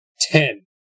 Ten